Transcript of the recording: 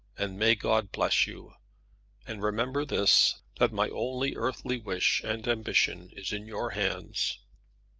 and may god bless you and remember this that my only earthly wish and ambition is in your hands.